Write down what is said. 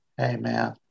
Amen